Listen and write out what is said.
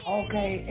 okay